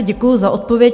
Děkuji za odpověď.